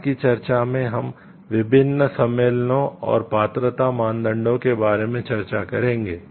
बाद की चर्चा में हम विभिन्न सम्मेलनों और पात्रता मानदंडों के बारे में चर्चा करेंगे